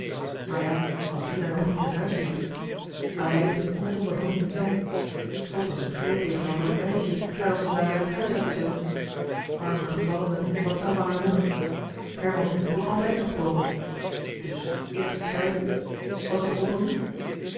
maar ja als dina nog hier in huis bleef aleid kon niet zonder hulp blijven ook was het wreed tegenover het meisje haar als het ware het huis uit te zetten arme gevallene wat zou van haar worden herman kon altijd nog komen dus eerst schrijven was het voldoende